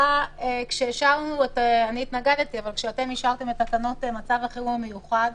כשאישרנו אני התנגדתי את תקנות מצב החירום המיוחד,